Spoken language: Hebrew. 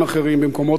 במקומות אחרים,